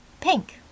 Pink